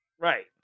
Right